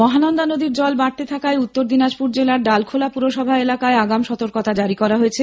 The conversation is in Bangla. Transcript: মহানন্দা নদীর জল বাড়তে থাকায় উত্তর দিনাজপুর জেলার ডালখোলা পুরসভা এলাকায় আগাম সর্তকতা জারি করা হয়েছে